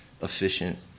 efficient